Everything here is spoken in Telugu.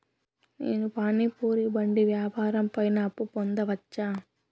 నేను పానీ పూరి బండి వ్యాపారం పైన అప్పు పొందవచ్చా?